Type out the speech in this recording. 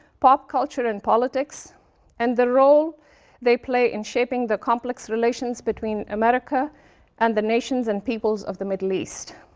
pop culture and politics and the role they play in shaping the complex relations between america and the nations and peoples of the middle east.